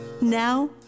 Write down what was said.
Now